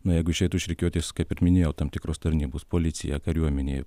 na jeigu išeitų iš rikiuotės kaip ir minėjau tam tikros tarnybos policija kariuomenė